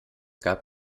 gab